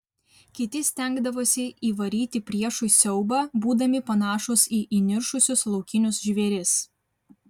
kiti stengdavosi įvaryti priešui siaubą būdami panašūs į įniršusius laukinius žvėris